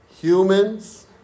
humans